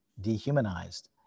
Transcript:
dehumanized